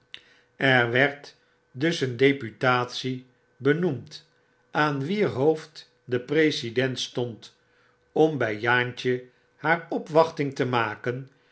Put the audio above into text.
er werd dus een deputatie benoemd aan wier hoofd de president stond om by jaantje haar opwachting te maken